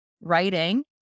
writing